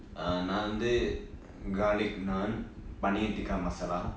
நா வந்து:naa vanthu garlic naan paneer tikka masala